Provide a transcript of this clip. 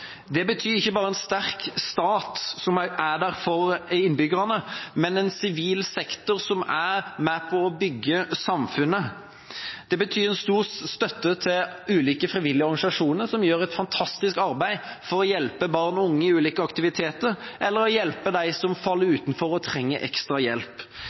det betyr ikke bare en sterk stat som er der for innbyggerne, men en sivil sektor som er med på å bygge samfunnet. Det betyr en stor støtte til ulike frivillige organisasjoner som gjør et fantastisk arbeid for å hjelpe barn og unge i ulike aktiviteter, eller å hjelpe dem som faller utenfor og trenger ekstra hjelp.